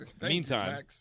Meantime